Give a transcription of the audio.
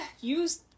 use